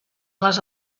les